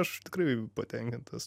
aš tikrai patenkintas